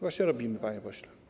Właśnie robimy, panie pośle.